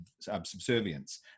subservience